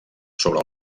sobre